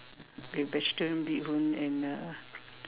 the vegetarian bee-hoon and uh